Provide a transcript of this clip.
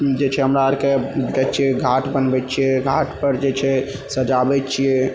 जे छै हमरा अरके जे छै घाट बनबै छियै घाटपर जे छै से सजाबै छियै